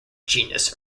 genus